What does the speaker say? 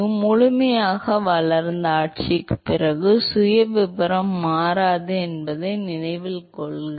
எனவே முழுமையாக வளர்ந்த ஆட்சிக்குப் பிறகு சுயவிவரம் மாறாது என்பதை நினைவில் கொள்க